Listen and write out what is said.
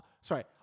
sorry